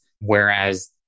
Whereas